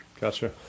Gotcha